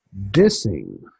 dissing